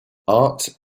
art